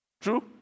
true